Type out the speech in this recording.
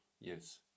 Yes